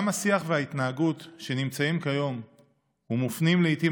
גם השיח וההתנהגות שנמצאים כיום ומופנים לעיתים